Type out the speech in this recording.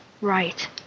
Right